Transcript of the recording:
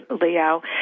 Leo